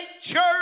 church